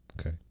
Okay